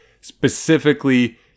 specifically